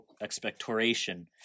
expectoration